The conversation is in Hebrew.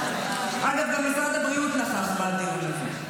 --- אגב, גם משרד הבריאות נכח בדיון הזה.